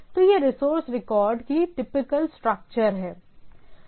तो ये resource record की टिपिकल स्ट्रक्चर हैं